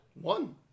one